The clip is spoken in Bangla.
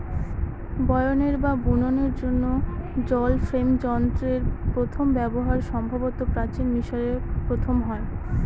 বয়নের বা বুননের জন্য জল ফ্রেম যন্ত্রের প্রথম ব্যবহার সম্ভবত প্রাচীন মিশরে প্রথম হয়